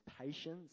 patience